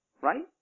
Right